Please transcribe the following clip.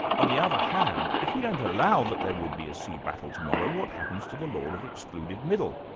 on the other hand, if we don't allow that there will be a sea battle tomorrow, what happens to the law of excluded middle?